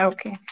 Okay